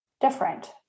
different